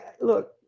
look